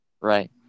right